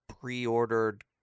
pre-ordered